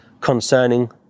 concerning